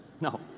no